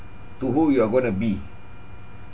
to who you are going to be